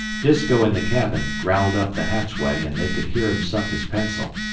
disko in the cabin growled up the hatchway, and they could hear him suck his pencil.